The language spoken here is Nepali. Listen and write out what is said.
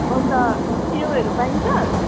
अन्त च्याउहरू पाइन्छ